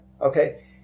okay